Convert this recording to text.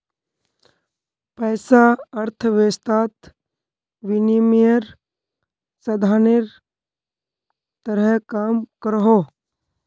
पैसा अर्थवैवस्थात विनिमयेर साधानेर तरह काम करोहो